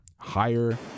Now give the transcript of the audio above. higher